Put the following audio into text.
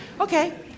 Okay